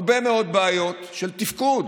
הרבה מאוד בעיות של תפקוד,